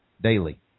daily